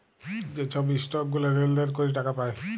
যে ছব ইসটক গুলা লেলদেল ক্যরে টাকা পায়